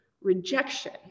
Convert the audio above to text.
rejection